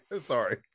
Sorry